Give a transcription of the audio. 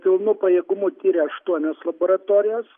pilnu pajėgumu tiria aštuonios laboratorijos